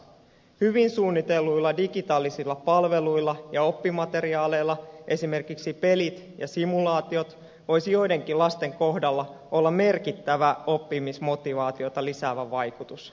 hyvin suunnitelluilla digitaalisilla palveluilla ja oppimateriaaleilla esimerkiksi pelit ja simulaatiot voisi joidenkin lasten kohdalla olla merkittävä oppimismotivaatiota lisäävä vaikutus